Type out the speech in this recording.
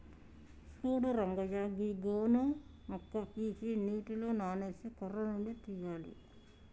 సూడు రంగయ్య గీ గోను మొక్క పీకి నీటిలో నానేసి కర్ర నుండి తీయాలి